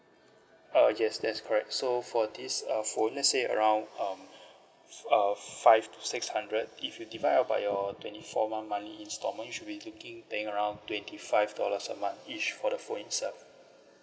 uh yes that's correct so for this uh phone let's say around um uh five to six hundred if you divide it by your twenty four month monthly instalment you should be looking paying around twenty five dollars a month each for the phone itself